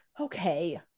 okay